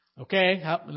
Okay